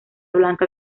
blanca